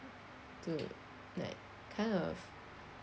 to like kind of